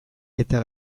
eta